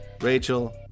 Rachel